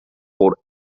for